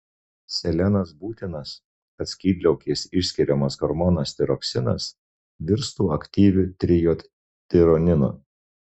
selenas būtinas kad skydliaukės išskiriamas hormonas tiroksinas virstų aktyviu trijodtironinu